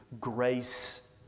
grace